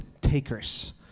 takers